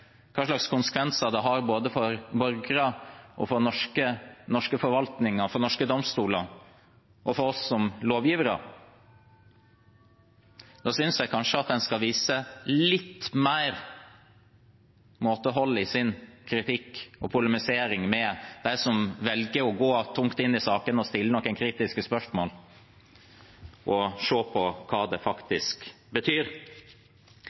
hva slags konsekvenser det har både for borgere, for norsk forvaltning, for norske domstoler og for oss som lovgivere. Da synes jeg kanskje en skal vise litt mer måtehold i sin kritikk og sin polemisering med dem som velger å gå tungt inn i saken og stille noen kritiske spørsmål, og se på hva det faktisk betyr.